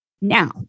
Now